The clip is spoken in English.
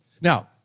Now